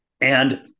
And-